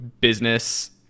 business